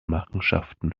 machenschaften